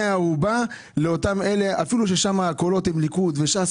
ערובה אפילו ששם שהקולות שם ליכוד ו-ש"ס.